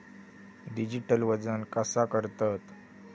Digital वजन कसा करतत?